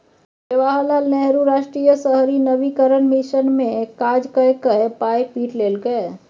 जवाहर लाल नेहरू राष्ट्रीय शहरी नवीकरण मिशन मे काज कए कए पाय पीट लेलकै